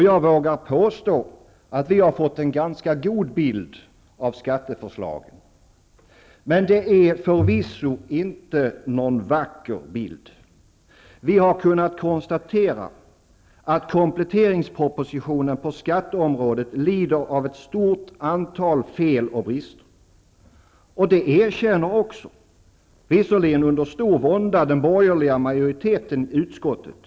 Jag vågar nog påstå att vi har fått en ganska god bild av skatteförslagen. Det är förvisso inte någon vacker bild. Vi har kunnat konstatera att kompletteringspropositionen på skatteområdet lider av ett stort antal fel och brister. Det erkänner också -- visserligen under stor vånda -- den borgerliga majoriteten i utskottet.